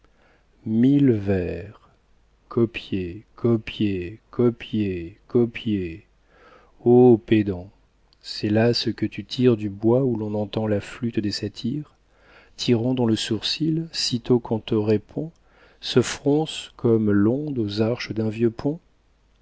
mille vers copier copier copier copier ô pédant c'est là ce que tu tires du bois où l'on entend la flûte des satyres tyran dont le sourcil sitôt qu'on te répond se fronce comme l'onde aux arches d'un vieux pont